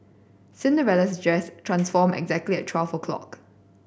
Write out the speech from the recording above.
Cinderella's dress transformed exactly at twelve o' clock